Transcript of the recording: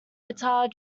guitar